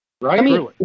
Right